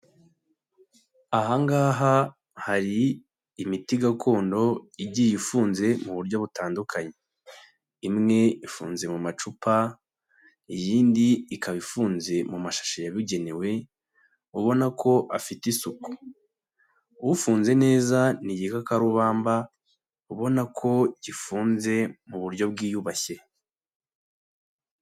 Aha ngaha hari imiti gakondo igiye ifunze mu buryo butandukanye. Imwe ifunze mu macupa, iyindi ikaba ifunze mu mashashi yabugenewe, ubona ko afite isuku. Ufunze neza ni igikakarubamba, ubona ko gifunze mu buryo bwiyubashye.